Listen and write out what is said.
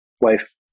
wife